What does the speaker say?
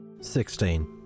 Sixteen